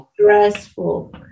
stressful